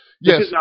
yes